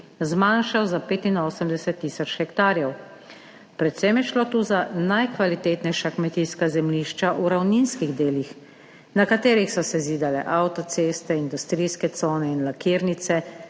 zmanjšal za 85 tisoč hektarjev. Predvsem je šlo tu za najkvalitetnejša kmetijska zemljišča v ravninskih delih, na katerih so se zidale avtoceste, industrijske cone in lakirnice,